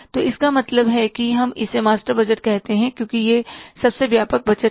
तो इसका मतलब है कि हम इसे मास्टर बजट कहते हैं क्योंकि यह सबसे व्यापक बजट है